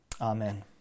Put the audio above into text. Amen